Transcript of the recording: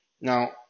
Now